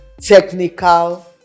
technical